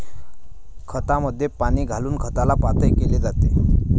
खतामध्ये पाणी घालून खताला पातळ केले जाते